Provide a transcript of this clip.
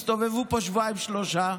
הסתובבו פה שבועיים-שלושה,